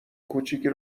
کوچیکی